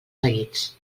seguits